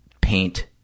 paint